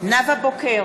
נאוה בוקר,